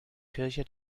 kirche